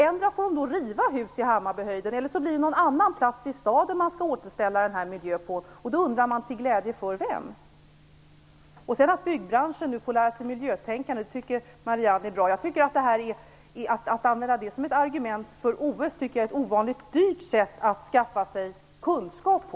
Endera får man då riva hus i Hammarbyhöjden, eller också får man återställa den här miljön på någon annan plats i staden. Jag undrar: Till glädje för vem? Marianne Andersson tycker att det är bra att byggbranschen nu får lära sig miljötänkande. Att använda det som ett argument för OS är ett ovanligt dyrt sätt att skaffa sig kunskap på.